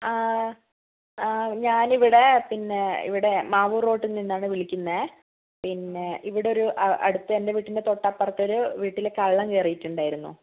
ഞാനിവിടെ പിന്നെ ഇവിടെ മാവൂര് റോട്ടില് നിന്നാണ് വിളിക്കുന്നത് പിന്നെ ഇവിടെ ഒരു അടുത്ത് എൻ്റെ വീട്ടിൻ്റെ തൊട്ടപ്പുറത്ത് ഒരു വീട്ടിൽ കള്ളൻ കയറിയിട്ടുണ്ടായിരുന്നു